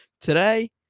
Today